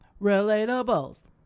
relatables